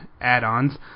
add-ons